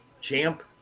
Champ